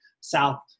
south